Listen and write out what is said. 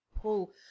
pull